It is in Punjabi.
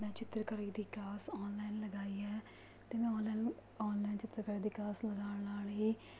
ਮੈਂ ਚਿੱਤਰਕਾਰੀ ਦੀ ਕਲਾਸ ਔਨਲਾਈਨ ਲਗਾਈ ਹੈ ਅਤੇ ਮੈਂ ਔਨਲਾਈਨ ਔਨਲਾਈਨ ਚਿੱਤਰਕਾਰੀ ਦੀ ਕਲਾਸ ਲਗਾਉਣ ਨਾਲ ਹੀ